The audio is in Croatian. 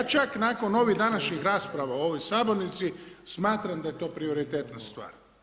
Ja čak nakon ovih današnjih rasprava u ovoj Sabornici smatram da je to prioritetna stvar.